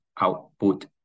output